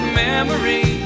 memory